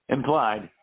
Implied